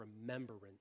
remembrance